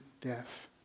death